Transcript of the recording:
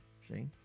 See